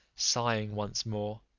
sighing once more,